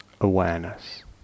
awareness